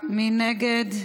מי נגד?